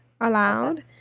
allowed